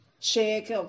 check